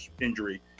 injury